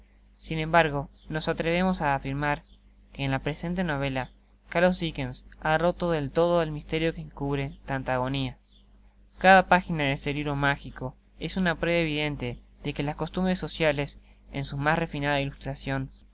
sin embargo nos atrevemos á afirmar que en la presente novela carlos dickens ha roto del todo el misterio que encubre tanta agonia cada página de este libro magico es una prueba evidente de que las costumbres sociales en su mas retinada ilustracion